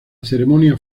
ceremonia